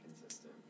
consistent